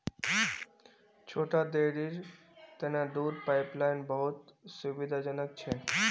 छोटा डेरीर तने दूध पाइपलाइन बहुत सुविधाजनक छ